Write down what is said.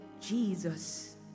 Jesus